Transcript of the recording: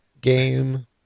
game